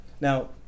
Now